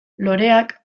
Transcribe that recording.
loreak